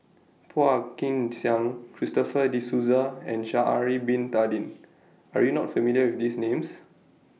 Phua Kin Siang Christopher De Souza and Sha'Ari Bin Tadin Are YOU not familiar with These Names